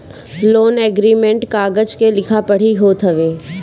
loan agreement कागज के लिखा पढ़ी होत हवे